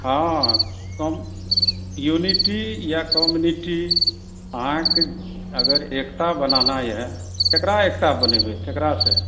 हँ हम यूनिटी या कम्युनिटी अहाँकेँ अगर एकता बनाना यए ककरा एकता बनेबै ककरासँ